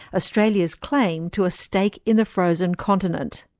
australia's claim to a stake in the frozen continent.